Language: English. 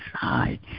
side